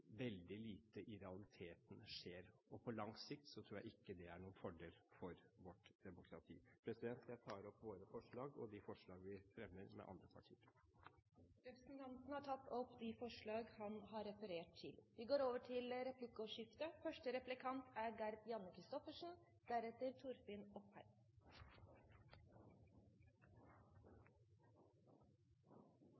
veldig lite i realiteten skjer. På lang sikt tror jeg ikke det er noen fordel for vårt demokrati. Jeg tar opp våre forslag og de forslagene vi fremmer sammen med andre partier. Representanten Hans Olav Syversen har tatt opp de forslagene han refererte til. Det blir replikkordskifte. På bakgrunn av mange oppslag, senest i dag, der de to største partiene på borgerlig side så til